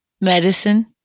Medicine